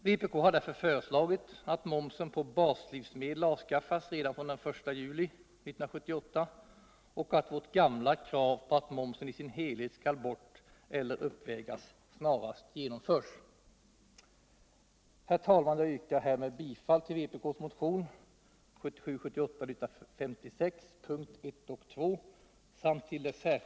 Vpk har därför föreslagit att momsen på baslivsmedel avskaffas redan från den I juli 1978 och att värt gamla krav att momsen i sin helhet skall bort celler uppvägas snarast genomförs.